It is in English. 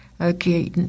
okay